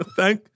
thank